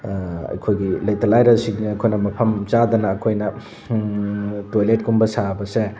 ꯑꯩꯈꯣꯏꯒꯤ ꯂꯩꯇ ꯂꯥꯏꯔꯁꯤꯡꯗ ꯑꯩꯈꯣꯏꯅ ꯃꯐꯝ ꯆꯥꯗꯅ ꯑꯩꯈꯣꯏꯅ ꯇꯣꯏꯂꯦꯠꯀꯨꯝꯕ ꯁꯥꯕꯁꯦ